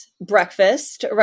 breakfast